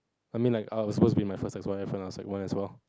I mean like I was supposed to be my first S_Y_F and I was sec one as well